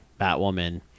batwoman